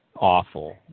awful